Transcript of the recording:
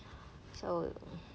so